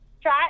Try